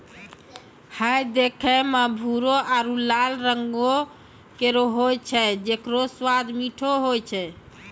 हय देखै म भूरो आरु लाल रंगों केरो होय छै जेकरो स्वाद मीठो होय छै